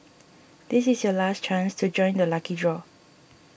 this is your last chance to join the lucky draw